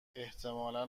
احتمالا